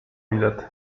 bilet